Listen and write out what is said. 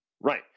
Right